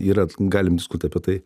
yra galim diskut apie tai